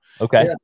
Okay